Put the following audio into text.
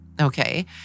okay